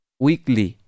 weekly